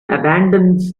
abandons